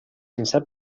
sense